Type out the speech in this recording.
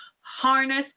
harness